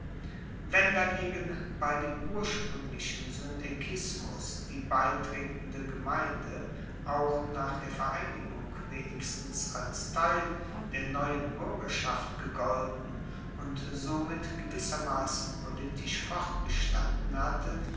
wenn dagegen bei dem urspruenglichen synoekismus die beitretende gemeinde auch nach der vereinigung wenigstens als teil der neuen buergerschaft gegolten und somit gewissermassen politisch fortbestanden hatte